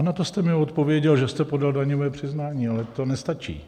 Ano, to jste mi odpověděl, že jste podal daňové přiznání, ale to nestačí.